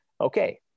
okay